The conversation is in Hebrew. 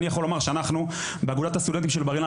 אני יכול לומר שאנחנו באגודת הסטודנטים של בר אילן,